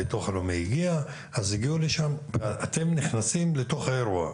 מן הביטוח הלאומי, ואז אתם נכנסים אל תוך האירוע.